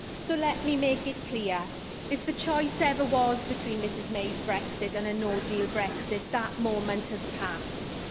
so, let me make it clear if the choice ever was between mrs may's brexit and a no deal brexit, that moment has passed.